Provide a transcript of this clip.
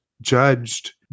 judged